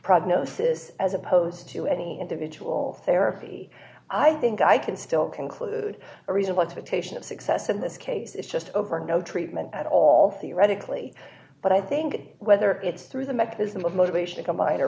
prognosis as opposed to any individual therapy i think i can still conclude a reasonable expectation of success in this case it's just over no treatment at all theoretically but i think whether it's through the mechanism of motivation